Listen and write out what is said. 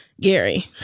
Gary